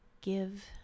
give